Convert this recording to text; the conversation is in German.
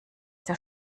der